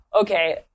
okay